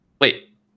Wait